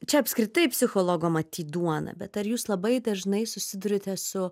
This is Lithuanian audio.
čia apskritai psichologo matyt duona bet ar jūs labai dažnai susiduriate su